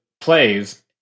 plays